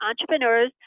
entrepreneurs